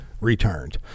returned